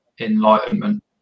Enlightenment